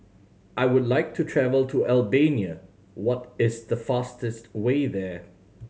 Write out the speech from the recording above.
I would like to travel to Albania what is the fastest way there